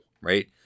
right